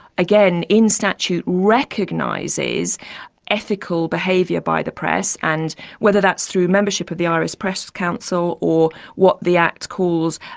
again in statute, recognises ethical behaviour by the press and whether that's through membership of the irish press council or what the act calls,